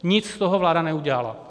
Nic z toho vláda neudělala.